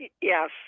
Yes